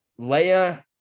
leia